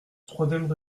troisième